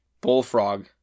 Bullfrog